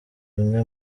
imwe